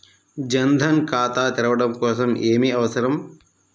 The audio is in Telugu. జన్ ధన్ ఖాతా తెరవడం కోసం ఏమి అవసరం?